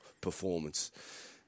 performance